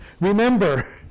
remember